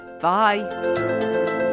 Bye